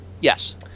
Yes